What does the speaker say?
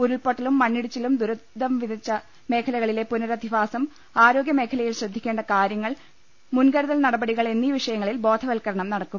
ഉരുൾപൊട്ടലും മണ്ണിടിച്ചിലും ദുരിതം വിതച്ച മേഖ ലകളിലെ പുനഃരധിവാസം ആരോഗ്യമേഖലയിൽ ശ്രദ്ധിക്കേണ്ട കാര്യങ്ങൾ മുൻകരുതൽ നടപടികൾ എന്നീ വിഷയങ്ങളിൽ ബോധവൽക്കരണം നടക്കും